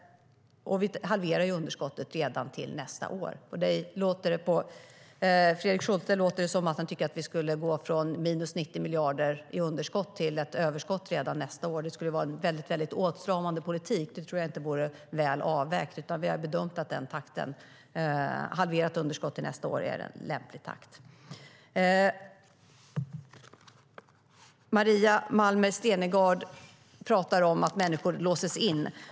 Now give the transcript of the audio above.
Vi halverar underskottet redan till nästa år. Maria Malmer Stenergard talar om att människor låses in.